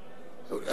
אתה לא רוצה לדבר?